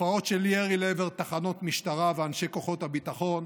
תופעות של ירי לעבר תחנות משטרה ואנשי כוחות הביטחון,